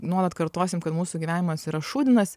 nuolat kartosim kad mūsų gyvenimas yra šūdinas